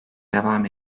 devam